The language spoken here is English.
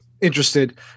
interested